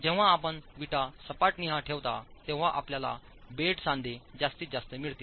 जेव्हा आपण विटा सपाटनिहाय ठेवता तेव्हा आपल्याला बेड सांधे जास्तीत जास्त मिळतील